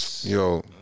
Yo